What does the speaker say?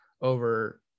over